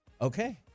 Okay